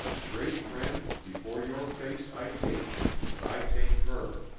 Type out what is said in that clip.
great friend, before your face i take him, i take her.